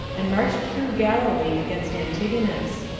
and marched through galilee against antignus.